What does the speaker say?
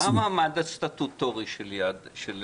מה המעמד הסטטוטורי של יד בן-צבי.